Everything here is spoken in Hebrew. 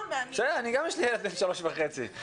לי יש ילד בן שלוש וחצי.